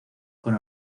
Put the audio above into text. con